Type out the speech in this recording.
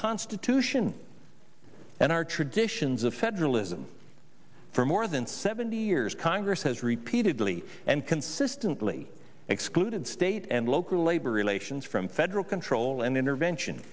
constitution and our traditions of federalism for more than seventy years congress has repeatedly and consistently excluded state and local labor relations from federal control and intervention